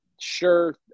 Sure